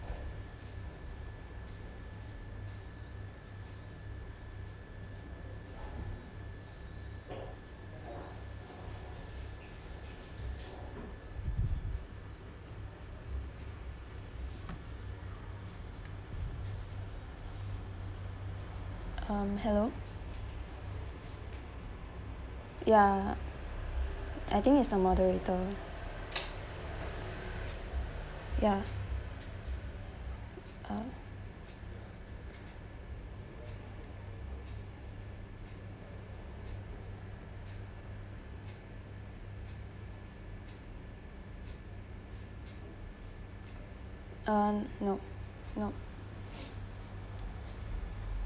um hello ya I think is some moderator ya uh uh no no